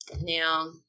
Now